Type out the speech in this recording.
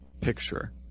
picture